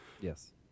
Yes